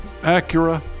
Acura